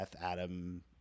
Adam